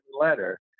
letter